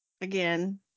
Again